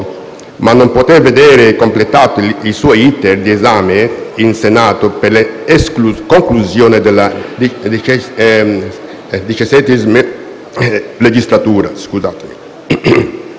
ma non poté vedere completato il suo *iter* di esame in Senato per la conclusione della XVII legislatura.